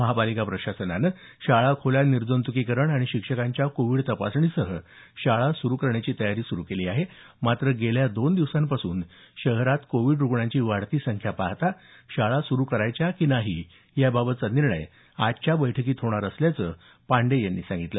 महापालिका प्रशासनानं शाळा खोल्या निर्जंतुकीकरण आणि शिक्षकांच्या कोविड तपासणीसह शाळा सुरू करण्याची तयारी सुरू केली आहे मात्र गेल्या दोन दिवसांपासून शहरात कोविड रुग्णांची वाढती संख्या पाहता शाळा सुरू करायच्या की नाही याबाबतचा निर्णय आजच्या बैठकीत होणार असल्याचं पांडेय यांनी सांगितलं